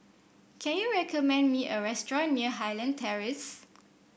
can you recommend me a restaurant near Highland Terrace